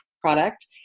product